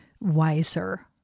wiser